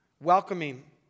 welcoming